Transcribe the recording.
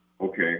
Okay